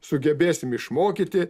sugebėsim išmokyti